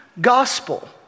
gospel